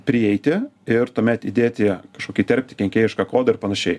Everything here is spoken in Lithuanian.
prieiti ir tuomet įdėti kažkokį įterpti kenkėjišką kodą ir panašiai